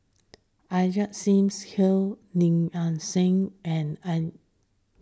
Ajit Singh Gill Lim Nang Seng and Al